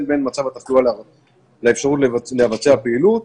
בין מצב התחלואה לאפשרות לבצע פעילות.